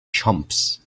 chumps